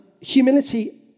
Humility